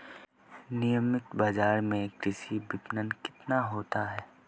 नियमित बाज़ार में कृषि विपणन कितना होता है?